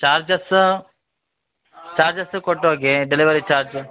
charges charges ಕೊಟ್ಟು ಹೋಗಿ delivery charge